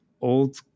old